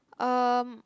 um